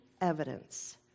evidence